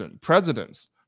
presidents